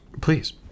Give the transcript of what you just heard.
Please